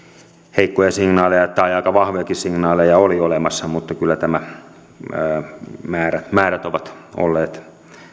heikkoja signaaleja tai aika vahvojakin signaaleja oli olemassa mutta kyllä nämä määrät ovat olleet